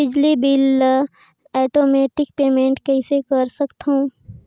बिजली बिल ल automatic payment कइसे कर सकथव?